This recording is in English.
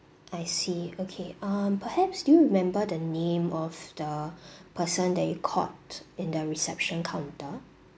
I see okay um perhaps do you remember the name of the person that you called in the reception counter